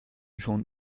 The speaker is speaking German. schon